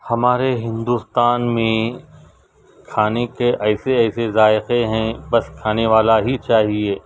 ہمارے ہندوستان میں کھانے کے ایسے ایسے ذائقے ہیں بس کھانے والا ہی چاہیے